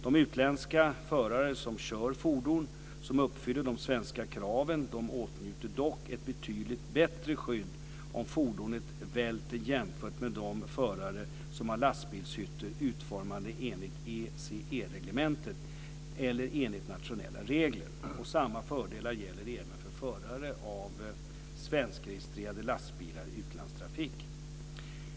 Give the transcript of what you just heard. De utländska förare som kör fordon som uppfyller de svenska kraven åtnjuter dock ett betydligt bättre skydd om fordonet välter jämfört med de förare som har lastbilshytter utformade enligt ECE-reglementet eller enligt nationella regler. Samma fördelar gäller även för förare av svenskregistrerade lastbilar i utlandstrafik.